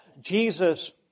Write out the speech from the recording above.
Jesus